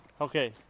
Okay